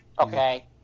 Okay